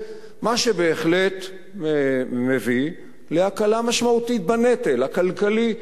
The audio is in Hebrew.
מה שבהחלט מביא להקלה משמעותית בנטל הכלכלי,